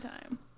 time